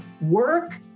Work